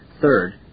Third